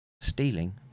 stealing